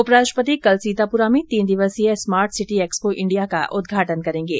उपराष्ट्रपति कल सीतापुरा में तीन दिवसीय स्मार्ट सिटी एक्सपो इंडिया का उद्घाटन करेंगे